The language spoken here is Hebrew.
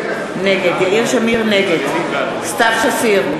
נגד סתיו שפיר,